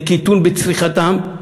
לקיטון בצריכתם,